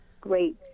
Great